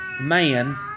man